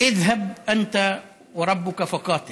(אומר בערבית: לֵך אתה וריבּונךָ והילחמו לכם שניכם,